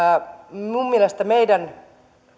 minun mielestäni meidän